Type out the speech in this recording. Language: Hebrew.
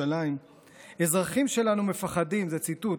בירושלים: "אזרחים שלנו מפחדים" זה ציטוט,